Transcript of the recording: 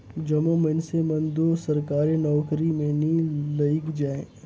जम्मो मइनसे मन दो सरकारी नउकरी में नी लइग जाएं